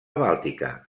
bàltica